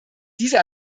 diese